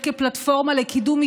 אין ברירה אלא לקבל ראש ממשלה עם כתבי